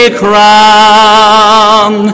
crown